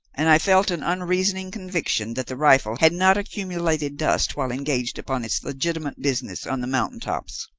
and i felt an unreasoning conviction that the rifle had not accumulated dust while engaged upon its legitimate business on the mountain tops.